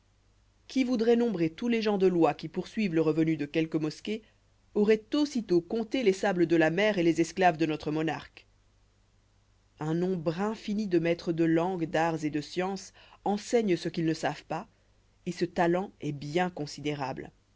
qui voudroit nombrer tous les gens de loi qui poursuivent le revenu de quelque mosquée auroit aussitôt compté les sables de la mer et les esclaves de notre monarque un nombre infini de maîtres de langues d'arts et de sciences enseignent ce qu'ils ne savent pas et ce talent est bien considérable